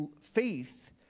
faith